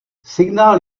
signál